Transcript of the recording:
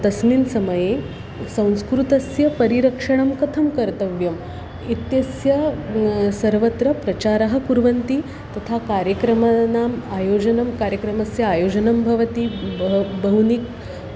तस्मिन् समये संस्कृतस्य परिरक्षणं कथं कर्तव्यम् इत्यस्य सर्वत्र प्रचारं कुर्वन्ति तथा कार्यक्रमाणाम् आयोजनं कार्यक्रमस्य आयोजनं भवति ब बहूनि